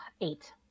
Eight